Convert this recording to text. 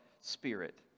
spirit